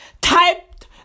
typed